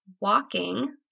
walking